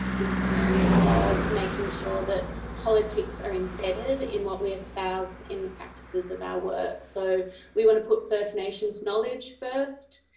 in terms of making sure that politics are embedded in what we espouse in the practices of our work. so we want to put first nations' knowledge first,